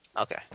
Okay